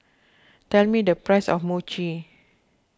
tell me the price of Mochi